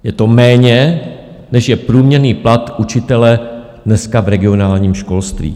Je to méně, než je průměrný plat učitele dneska v regionálním školství.